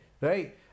right